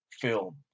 film